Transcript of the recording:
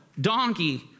donkey